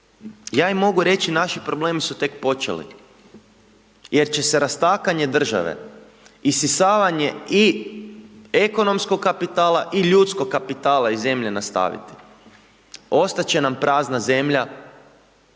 ja im mogu reći naši problemi su tek počeli, jer će se rastakanje države, isisavanje i ekonomskog kapitala i ljudskog kapitala iz zemlje nastaviti. Ostati će nam prazna zemlja,